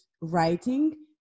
writing